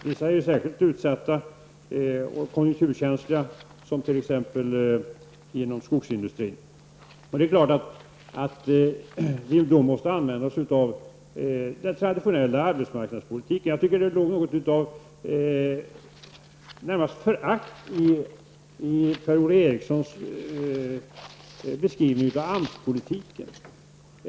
Vissa branscher är särskilt utsatta och konjunkturkänsliga som inom t.ex. skogsindustrin. Vi måste då använda oss av den traditionella arbetsmarknadspolitiken. Det låg något närmast föraktfullt i Per-Ola Erikssons beskrivning av AMS-politiken.